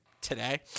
today